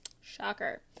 Shocker